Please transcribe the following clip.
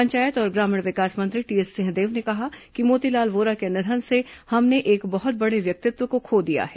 पंचायत और ग्रामीण विकास मंत्री टीएस सिंहदेव ने कहा कि मोतीलाल वोरा के निधन से हमने एक बहुत बड़े व्यक्तित्व को खो दिया है